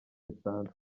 bisanzwe